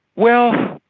well,